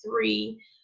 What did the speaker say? three